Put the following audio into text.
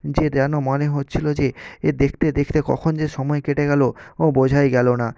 যে যেন মনে হচ্ছিল যে এ দেখতে দেখতে কখন যে সময় কেটে গেল ও বোঝাই গেল না